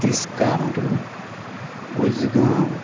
Tiskar Ujgaon